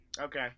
Okay